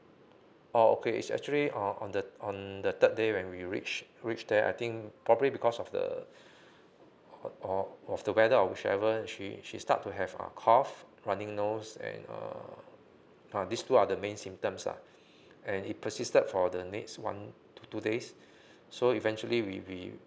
oh okay is actually on on the on the third day when we reach reach there I think probably because of the of of the weather of whichever she she start to have uh cough running nose and err these two are the main symptoms lah he persisted for the next one to two days so eventually we we